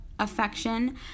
affection